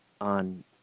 on